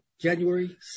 January